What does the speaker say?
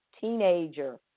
teenager